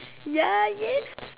ya yes